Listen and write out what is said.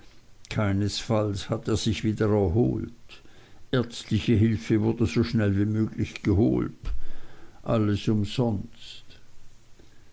keinesfalls hat er sich wieder erholt ärztliche hilfe wurde so schnell wie möglich geholt alles umsonst